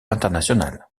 international